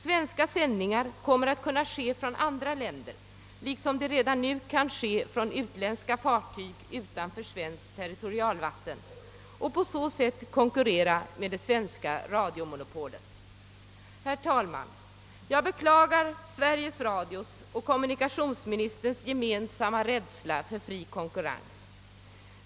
Svenskspråkiga sändningar kommer att kunna ske från andra länder liksom program redan nu kan sändas från utländska fartyg utanför svenskt territorialvatten och konkurrera med det svenska radiomonopolet. Herr talman! Jag beklagar Sveriges Radios och kommunikationsministerns gemensamma rädsla för fri konkurrens.